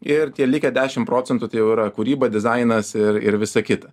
ir tie likę dešim procentų tai jau yra kūryba dizainas ir ir visa kita